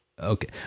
Okay